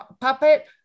puppet